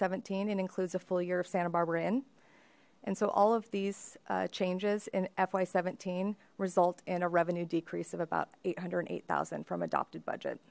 seventeen it includes a full year of santa barbara in and so all of these changes in fy seventeen result in a revenue decrease of about eight hundred eight thousand from adopted budget